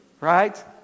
Right